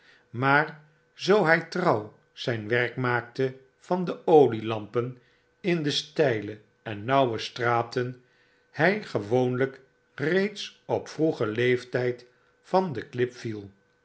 maar zoo hy trouw zyn werk raaakte van de olielampen in de steile en nauwe straten hij gewoonlijk reeds op vroegen leeftijd van de klip viel